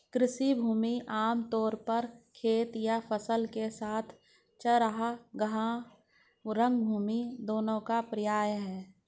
कृषि भूमि आम तौर पर खेत या फसल के साथ चरागाह, रंगभूमि दोनों का पर्याय है